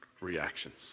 reactions